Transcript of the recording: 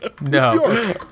No